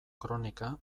kronika